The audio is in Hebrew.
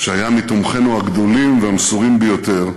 שהיה מתומכינו הגדולים והמסורים ביותר.